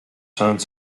turned